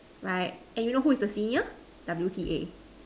right and you know who is the senior W_T_A